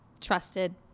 trusted